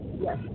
yes